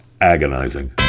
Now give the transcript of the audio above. agonizing